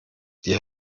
die